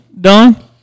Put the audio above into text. Don